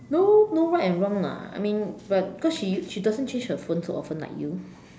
no no right and wrong lah I mean but cause she she doesn't change her phone so often like you